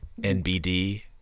NBD